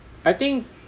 I think